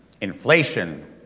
inflation